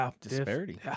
disparity